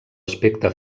aspecte